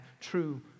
true